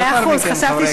לאחר מכן חברי הכנסת,